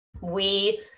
We-